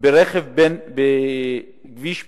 ברכב בכביש בין-עירוני,